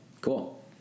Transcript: Cool